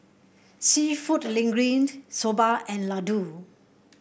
seafood Linguine Soba and Ladoo